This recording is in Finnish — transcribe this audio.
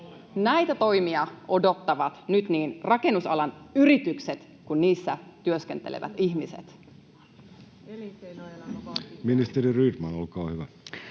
Näitä toimia odottavat nyt niin rakennusalan yritykset kuin niissä työskentelevät ihmiset. [Speech 8] Speaker: